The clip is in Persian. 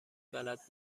بلد